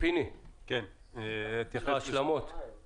פיני שני, סמנכ"ל משרד התיירות, בבקשה.